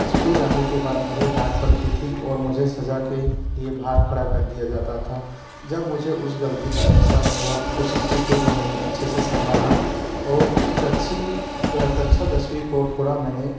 school जाने के बाद मुझे डाँट पड़ती थी और मुझे सज़ा के लिए बाहर खड़ा कर दिया जाता था जब मुझे उस गलती का ऐहसास हुआ उस स्थिति को मैंने अच्छे से संभाला और कक्षी क कक्षा दसवीं को थोड़ा मैंने